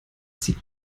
sieht